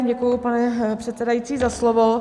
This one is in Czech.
Děkuji, pane předsedající, za slovo.